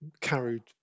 carried